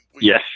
Yes